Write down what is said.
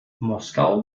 moskau